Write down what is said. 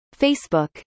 Facebook